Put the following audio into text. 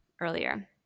earlier